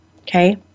okay